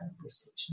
conversation